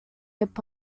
hip